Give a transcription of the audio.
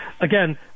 again